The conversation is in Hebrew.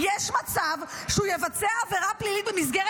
יש מצב שהוא יבצע עבירה פלילית במסגרת